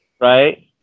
Right